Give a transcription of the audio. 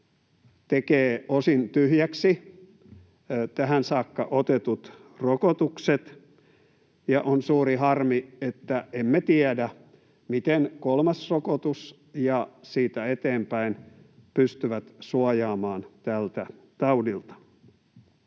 tekee osin tyhjäksi tähän saakka otetut rokotukset. Ja on suuri harmi, että emme tiedä, miten kolmas rokotus ja rokotukset siitä eteenpäin pystyvät suojaamaan tältä taudilta.